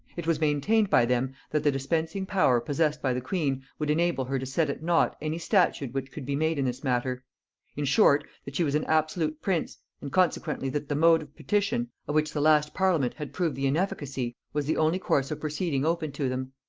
it was maintained by them, that the dispensing power possessed by the queen would enable her to set at nought any statute which could be made in this matter in short, that she was an absolute prince and consequently that the mode of petition, of which the last parliament had proved the inefficacy, was the only course of proceeding open to them.